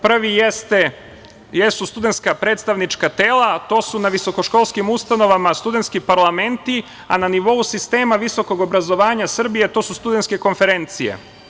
Prvi jesu studentska predstavnička tela, to su na visokoškolskim ustanovama studentski parlamenti a na nivou sistema visokog obrazovanja Srbije to su studentske konferencije.